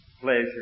pleasure